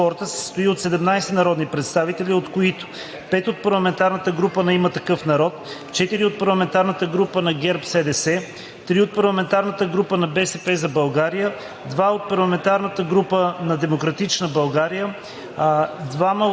климат се състои от 23 народни представители, от които 6 от парламентарната група на „Има такъв народ“; 6 от парламентарната група на ГЕРБ-СДС; 4 от парламентарната група на „БСП за България“; 3 от парламентарната група на „Демократична България“;